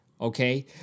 Okay